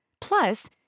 Plus